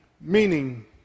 meaning